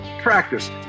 Practice